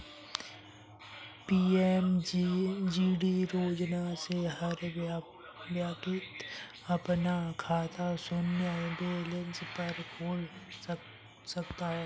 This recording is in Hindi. पी.एम.जे.डी योजना से हर व्यक्ति अपना खाता शून्य बैलेंस पर खोल सकता है